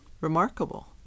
Remarkable